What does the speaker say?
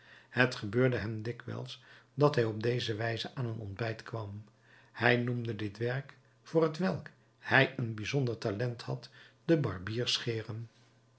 het gebeurde hem dikwijls dat hij op deze wijze aan een ontbijt kwam hij noemde dit werk voor hetwelk hij een bijzonder talent had de barbiers scheren